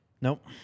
Nope